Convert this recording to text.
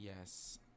Yes